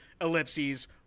ellipses